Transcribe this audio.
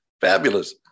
Fabulous